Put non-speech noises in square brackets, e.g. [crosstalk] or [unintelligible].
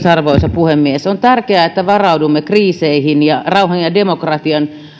[unintelligible] arvoisa puhemies on tärkeää että varaudumme kriiseihin ja rauhan ja demokratian